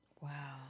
Wow